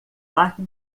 parque